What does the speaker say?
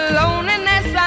loneliness